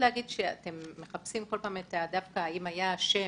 אתם מחפשים כל פעם אם היה אשם,